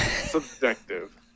Subjective